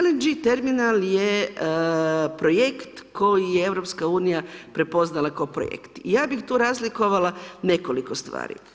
LNG terminal je projekt koji je EU prepoznala kao projekt i ja bih tu razlikovala nekoliko stvari.